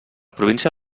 província